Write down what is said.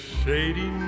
shady